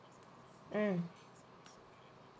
mm